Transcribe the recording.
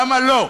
למה לא?